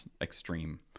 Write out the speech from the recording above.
extreme